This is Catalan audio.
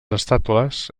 estàtues